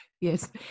yes